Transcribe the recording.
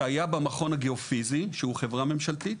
שהיה במכון הגאו-פיזי, שהוא חברה ממשלתית,